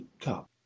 cup